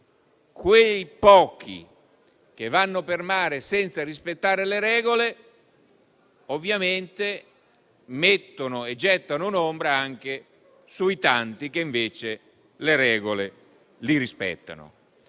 Quei pochi che vanno per mare senza rispettare le regole ovviamente gettano un'ombra anche sui tanti che invece le rispettano.